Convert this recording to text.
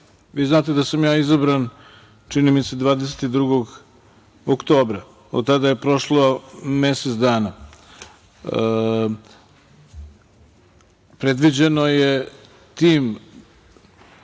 vi znate da sam ja izabran, čini mi se, 22. oktobra. Od tada je prošlo mesec dana. Predviđeno je tim